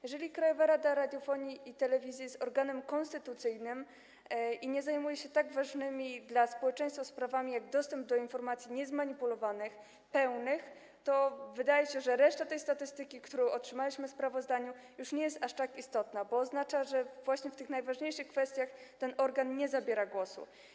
Jeżeli Krajowa Rada Radiofonii i Telewizji jest organem konstytucyjnym, a nie zajmuje się tak ważnymi dla społeczeństwa sprawami jak dostęp do informacji niezmanipulowanych, pełnych, to wydaje się, że reszta tej statystyki, którą otrzymaliśmy w sprawozdaniu, już nie jest tak istotna, bo oznacza to, że właśnie w tych najważniejszych kwestiach ten organ nie zabiera głosu.